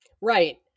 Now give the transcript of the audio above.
right